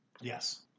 yes